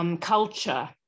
Culture